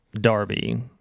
Darby